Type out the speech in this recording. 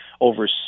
over